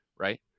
right